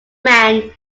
man